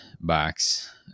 box